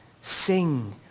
sing